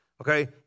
okay